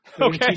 Okay